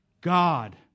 God